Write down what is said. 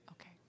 Okay